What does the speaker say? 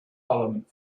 parliament